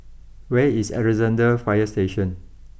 where is Alexandra fire Station